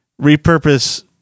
repurpose